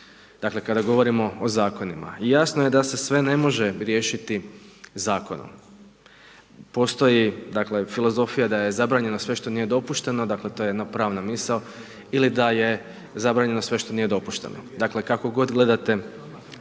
Dakle, kada govorimo o zakonima, jasno je da se sve ne može riješiti zakonom. Postoji, dakle filozofija da je zabranjeno sve što nije dopušteno dakle, to je jedna pravna misao ili da je zabranjeno sve što nije dopušteno. Dakle, kako god gledate